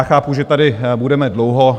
Chápu, že tady budeme dlouho.